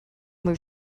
were